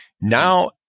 Now